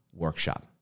workshop